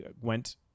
went